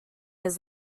his